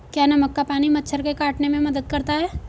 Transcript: क्या नमक का पानी मच्छर के काटने में मदद करता है?